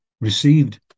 received